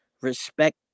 respect